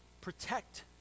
protect